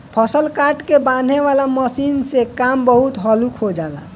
फसल काट के बांनेह वाला मशीन से काम बहुत हल्लुक हो जाला